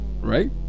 right